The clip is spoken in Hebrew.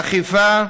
אכיפה,